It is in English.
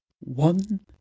One